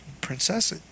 princess